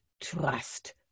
trust